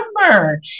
number